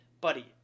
buddy